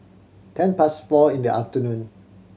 ten past four in the afternoon